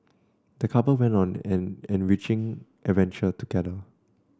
the couple went on an enriching adventure together